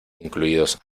incluidos